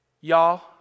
Y'all